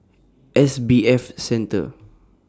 S B F Center